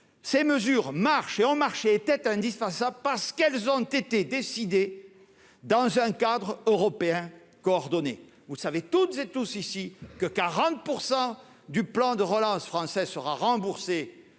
ses mesures marche et en marché était indispensable parce qu'elles ont été décidées dans un cadre européen coordonné, vous savez, toutes et tous ici que 40 % du plan de relance française sera remboursé